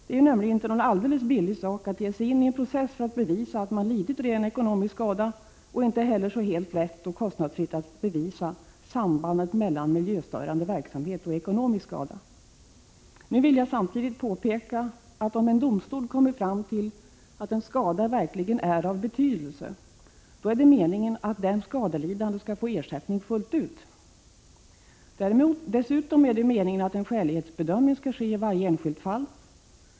Det är nämligen inte så billigt att ge sig in i en process för att bevisa att man lidit ren ekonomisk skada och inte heller vare sig lätt eller kostnadsfritt att bevisa sambandet mellan miljöstörande verksamhet och ekonomisk skada. Nu vill jag samtidigt påpeka, att om en domstol kommit fram till att en skada verkligen är av betydelse, då är det meningen att den skadelidande skall få ersättning fullt ut. Dessutom är det meningen att en skälighetsbedömning skall ske i varje enskilt fall.